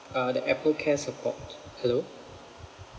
uh the apple care support hello